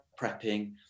prepping